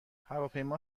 هواپیما